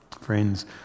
Friends